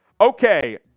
Okay